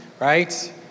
right